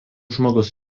žmogus